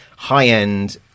high-end